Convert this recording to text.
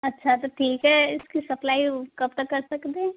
अच्छा तो ठीक है इसकी सप्लाई कब तक कर सकते हैं